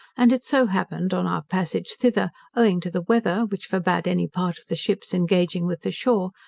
and it so happened on our passage thither, owing to the weather, which forbade any part of the ships engaging with the shore,